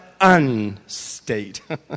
unstate